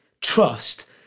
trust